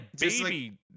baby